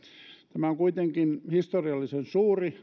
tämä on kuitenkin historiallisen suuri